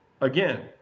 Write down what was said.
again